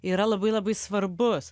yra labai labai svarbus